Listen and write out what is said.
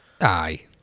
Aye